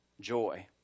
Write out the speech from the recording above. joy